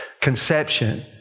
conception